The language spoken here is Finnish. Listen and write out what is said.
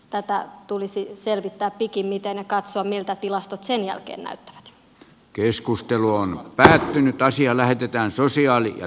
tätä tulisi selvittää pikimmiten ja katsoa miltä tilastot sen jälkeen näyttää keskustelu on päättynyt ja asia lähetetään sosiaali ja